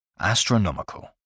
Astronomical